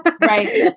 Right